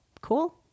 Cool